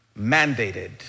Mandated